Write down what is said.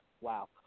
wow